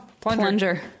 plunger